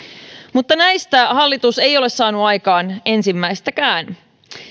mutta näistä hallitus ei ole saanut aikaan ensimmäistäkään